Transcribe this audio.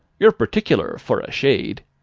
you're particular, for a shade.